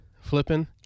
flipping